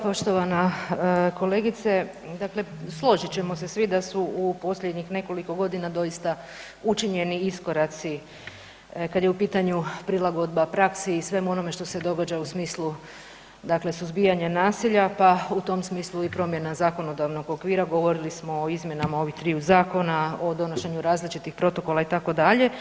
Poštovana kolegice, dakle složit ćemo se svi da su posljednjih nekoliko godina doista učinjeni iskoraci kada je pitanju prilagodba praksi i svemu onome što se događa u smislu suzbijanja nasilja, pa u tom smislu i promjena zakonodavnog okvira, govorimo smo o izmjenama ovih triju zakona, o donošenju različitih protokola itd.